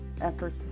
effort